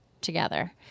together